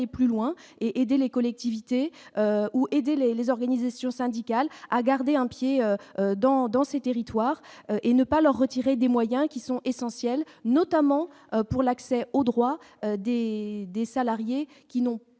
plus loin et aider les collectivités ou aider les les organisations syndicales à garder un pied dans dans ces territoires et ne pas leur retirer des moyens qui sont essentiels, notamment pour l'accès aux droits des des salariés qui n'ont pas